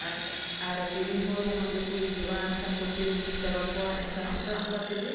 ᱟᱨ ᱟᱨ ᱠᱤᱨᱤᱧ ᱦᱚᱲ ᱦᱚᱸ ᱩᱱᱟᱹᱜ ᱜᱮᱠᱚ ᱦᱤᱡᱩᱜᱼᱟ ᱮᱱᱠᱷᱟᱱ ᱠᱚ ᱠᱤᱨᱤᱧ ᱤᱫᱤ ᱪᱟᱵᱟ ᱠᱚᱣᱟ ᱮᱱᱠᱷᱟᱱ ᱚᱱᱠᱟ ᱚᱱᱠᱟ ᱛᱮᱜᱮ